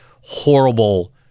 horrible